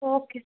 okay